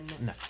No